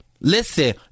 Listen